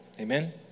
Amen